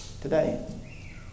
today